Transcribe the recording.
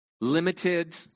limited